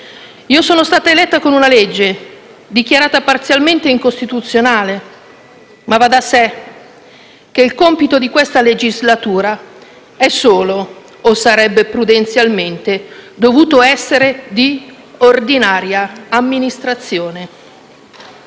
voi, sono stata eletta con una legge dichiarata parzialmente incostituzionale, ma da va sé che il compito di questa legislatura sia solo - o sarebbe prudenzialmente dovuto essere - di ordinaria amministrazione.